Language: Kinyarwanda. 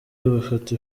bafata